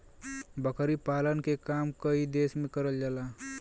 बकरी पालन के काम कई देस में करल जाला